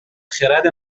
خرد